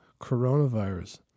coronavirus